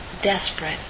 desperate